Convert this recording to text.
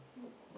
mm